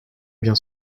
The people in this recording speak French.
vient